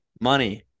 Money